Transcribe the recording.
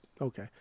okay